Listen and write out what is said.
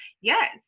Yes